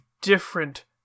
different